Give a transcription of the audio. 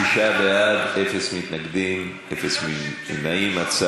תשעה בעד, אין מתנגדים ואין נמנעים.